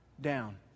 down